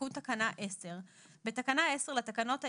תיקון תקנה 10. בתקנה 10 לתקנות העיקריות,